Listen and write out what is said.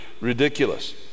ridiculous